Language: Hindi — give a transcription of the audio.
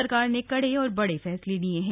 सरकार ने कड़े और बड़े फैसले लिए हैं